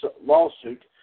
lawsuit